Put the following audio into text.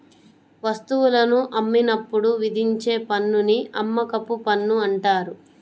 వస్తువులను అమ్మినప్పుడు విధించే పన్నుని అమ్మకపు పన్ను అంటారు